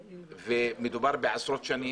מדובר בעשרות שנים,